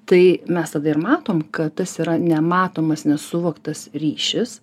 tai mes tada ir matom kad tas yra nematomas nesuvoktas ryšis